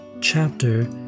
chapter